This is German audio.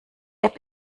app